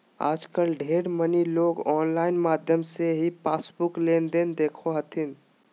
आजकल ढेर मनी लोग आनलाइन माध्यम से ही पासबुक लेनदेन देखो हथिन